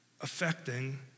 affecting